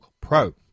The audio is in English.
Pro